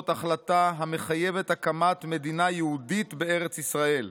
החלטה המחייבת הקמת מדינה יהודית בארץ ישראל,